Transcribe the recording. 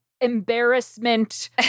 embarrassment